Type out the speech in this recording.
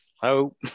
hello